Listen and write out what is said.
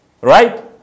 Right